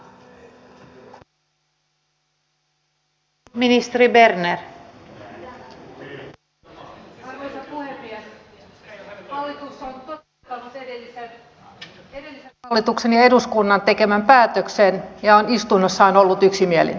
hallitus on toteuttanut edellisen hallituksen ja eduskunnan tekemän päätöksen ja on istunnossaan ollut yksimielinen